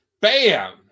Bam